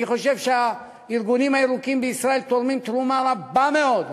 אני חושב שהארגונים הירוקים בישראל תורמים תרומה רבה מאוד,